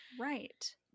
Right